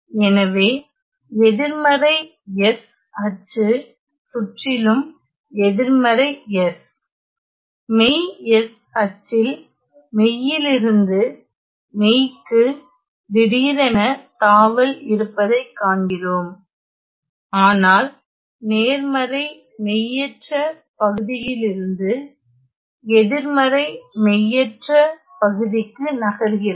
எனவே எதிர்மறை s அச்சு சுற்றிலும் எதிர்மறை s மெய் s அச்சில் மெய்யிலிருந்து மெய்க்கு திடீரென தாவல் இருப்பதைக்காண்கிறோம் ஆனால் நேர்மறை மெய்யற்ற பகுதியிலிருந்து எதிர்மறை மெய்யற்ற பகுதிக்கு நகர்கிறது